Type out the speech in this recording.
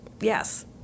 Yes